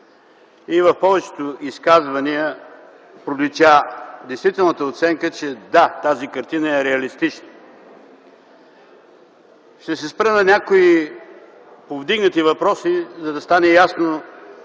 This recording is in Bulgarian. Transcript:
И в повечето изказвания пролича действителната оценка че да, тази картина е реалистична. Ще се спра на някои повдигнати въпроси, за да стане ясно